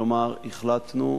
כלומר החלטנו